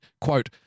quote